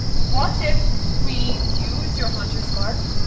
what if we use your hunter's mark,